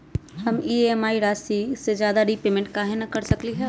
हम ई.एम.आई राशि से ज्यादा रीपेमेंट कहे न कर सकलि ह?